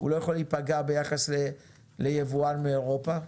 הוא לא יכול להיפגע ביחס ליבואן מאירופה.